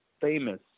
famous